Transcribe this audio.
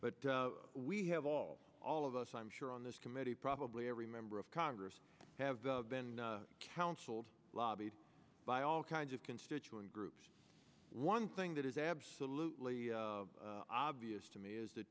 but we have all all of us i'm sure on this committee probably every member of congress have been counseled lobbied by all kinds of constituent groups one thing that is absolutely obvious to me is th